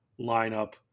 lineup